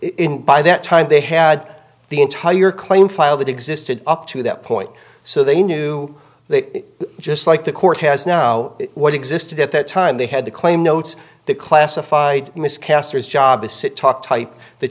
in by that time they had the entire claim file that existed up to that point so they knew they just like the court has now what existed at that time they had the claim notes that classified miss castors job to sit talk type that